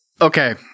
Okay